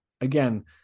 again